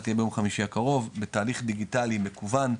תהיה ביום חמישי הקרוב בתהליך דיגיטלי מקוון,